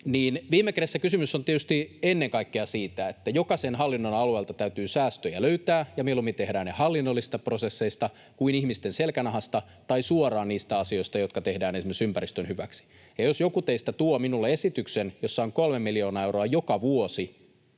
Viime kädessä kysymys on tietysti ennen kaikkea siitä, että jokaisen hallinnon alueelta täytyy säästöjä löytää ja mieluummin tehdään ne hallinnollisista prosesseista kuin ihmisten selkänahasta tai suoraan niistä asioista, jotka tehdään esimerkiksi ympäristön hyväksi. Jos joku teistä tuo minulle esityksen, jossa on kolme miljoonaa euroa joka vuosi